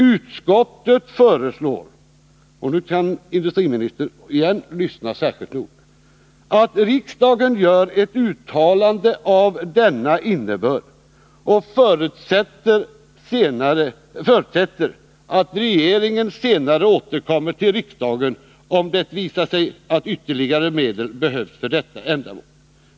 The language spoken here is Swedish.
Utskottet föreslår” — och nu kan industriministern lyssna särskilt noga — ”att riksdagen gör ett uttalande av denna innebörd och förutsätter att regeringen senare återkommer till riksdagen om det visar sig att ytterligare medel behövs för detta ändamål.